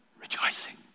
rejoicing